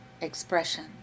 expression